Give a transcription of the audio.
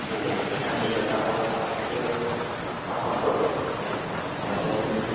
ଠିକ୍ ଅଛି ସେ ଫ୍ୟାମିଲି ସହିତ ଆଉ ଆସୁ ଆସନ୍ତୁ ଆଉ